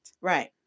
Right